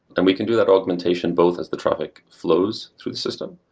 and we can do that augmentation both as the traffic flows through the system,